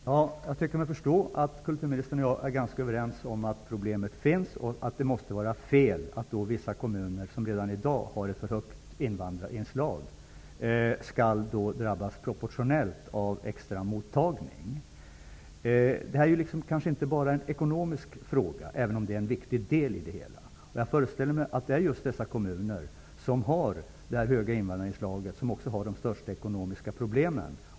Herr talman! Jag tycker mig förstå att kulturministern och jag är överens om att problemet finns och att det är fel att vissa kommuner, som redan i dag har ett stort invandrarinslag, skall drabbas proportionellt av extra mottagning. Detta är kanske inte bara en ekonomisk fråga, även om ekonomin är en viktig del i det hela. Jag föreställer mig att det är de kommuner som har de stora invandrarinslagen som också har de största ekonomiska problemen.